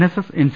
S S N C